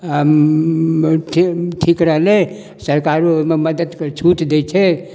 आओर ठ ठीक रहलै सरकारो ओइमे मददके छूट दै छै